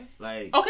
Okay